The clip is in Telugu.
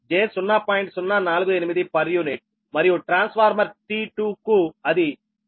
మరియు ట్రాన్స్ఫార్మర్ T2 కు అది j0